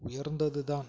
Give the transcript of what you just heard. உயர்ந்தது தான்